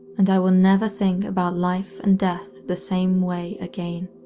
and i will never think about life and death the same way again.